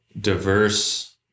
diverse